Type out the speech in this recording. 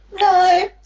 No